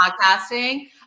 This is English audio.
podcasting